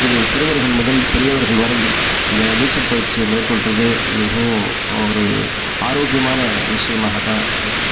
இது சிறுவர்கள் முதல் பெரியவர்கள் வரை இந்த நீச்சல் பயிற்சியை மேற்கொள்கிறது மிகவும் ஒரு ஆரோக்கியமான விஷியமாகத்தான் இருக்கு